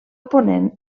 ponent